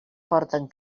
porten